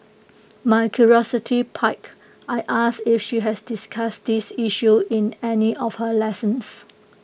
my curiosity piqued I asked if she had discussed this issue in any of her lessons